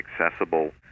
accessible